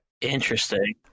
Interesting